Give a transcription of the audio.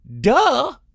Duh